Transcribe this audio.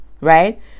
right